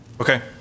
Okay